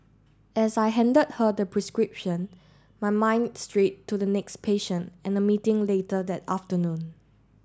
as I handed her the prescription my mind strayed to the next patient and the meeting later that afternoon